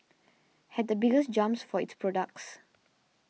had the biggest jumps for its products